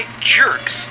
jerks